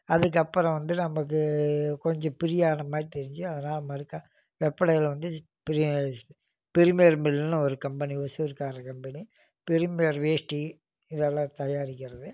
அதுக்கு அப்புறம் வந்து நமக்கு கொஞ்சம் ஃபிரீயான மாதிரி தெரிஞ்சு அதனால மறுக்கா வெப்படையில் வந்து பிரிமியர் மில்லுன்னு ஒரு கம்பெனி ஒசூர்காரன் கம்பெனி பிரிமியர் வேஷ்டி இதெல்லாம் தயாரிக்கிறது